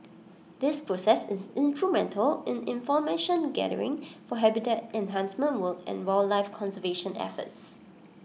this process is instrumental in information gathering for habitat enhancement work and wildlife conservation efforts